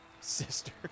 sister